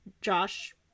Josh